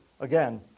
again